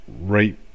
right